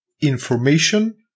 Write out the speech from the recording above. information